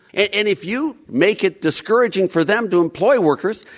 and if you make it discouraging for them to employ workers,